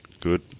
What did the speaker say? Good